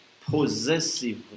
possessive